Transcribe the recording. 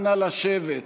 נא לשבת.